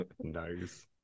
Nice